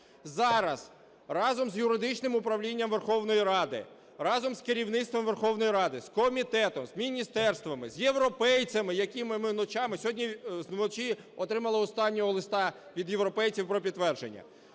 Зараз разом з юридичним управлінням Верховної Ради, разом з керівництвом Верховної Ради, з комітетом, з міністерствами, з європейцями, з якими ми ночами, – сьогодні вночі отримали останнього листа від європейців про підтвердження,